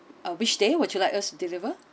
uh which day would you like us to deliver